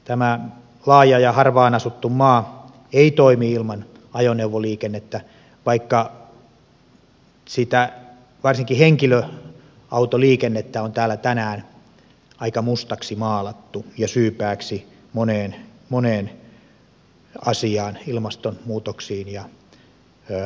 tämä laaja ja harvaan asuttu maa ei toimi ilman ajoneuvoliikennettä vaikka varsinkin henkilöautoliikennettä on täällä tänään aika mustaksi maalattu ja syypääksi moneen asiaan ilmastonmuutoksiin ja moneen muuhun